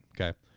okay